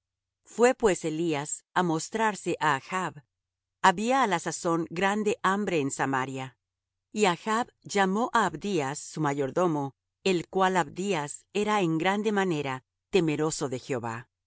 fué pues elías á mostrarse á achb había á la sazón grande hambre en samaria y achb llamó á abdías su mayordomo el cual abdías era en grande manera temeroso de jehová